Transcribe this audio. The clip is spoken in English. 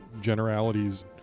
generalities